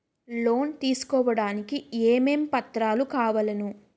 Loan తీసుకోడానికి ఏమేం పత్రాలు కావలెను?